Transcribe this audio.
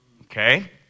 Okay